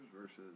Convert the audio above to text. versus